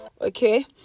okay